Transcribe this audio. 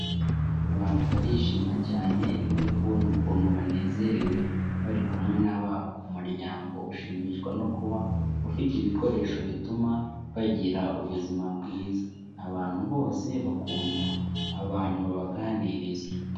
Abantu barishima cyane iyo bari kubona ukuntu banezerewe bari kumwe n'ababo, umuryango ushimishwa no kuba ufite ibikoresho bituma bagira ubuzima bwiza, abantu bose bakunda abantu babaganiriza.